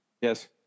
Yes